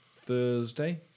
Thursday